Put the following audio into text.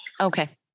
Okay